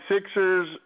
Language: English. Sixers